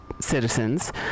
Citizens